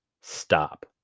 stop